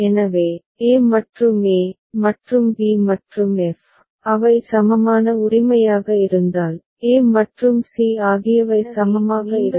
எனவே a மற்றும் e மற்றும் b மற்றும் f அவை சமமான உரிமையாக இருந்தால் a மற்றும் c ஆகியவை சமமாக இருக்கும்